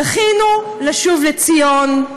זכינו לשוב לציון,